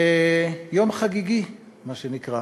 מה שנקרא: